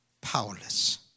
powerless